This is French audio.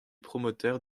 promoteurs